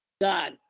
God